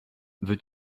veux